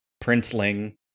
princeling